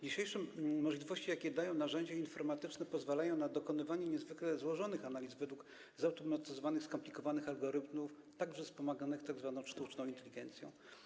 Dzisiejsze możliwości, jakie dają narzędzia informatyczne, pozwalają na dokonywanie niezwykle złożonych analiz według zautomatyzowanych, skomplikowanych algorytmów wspomaganych także przez tzw. sztuczną inteligencję.